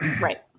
Right